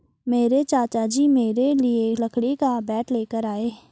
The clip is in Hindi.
मेरे चाचा जी मेरे लिए लकड़ी का बैट लेकर आए